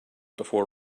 before